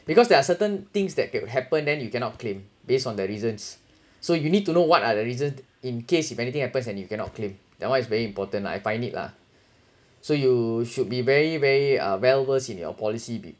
because there are certain things that could happen then you cannot claim based on the reasons so you need to know what are the reason in case if anything happens and you cannot claim that one is very important lah I find it lah so you should be very very uh well versed in your policy be